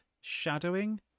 shadowing